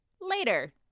Later